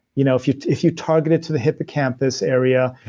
you know if you if you target it to the hippocampus area,